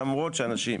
למרות שאנשים